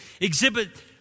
exhibit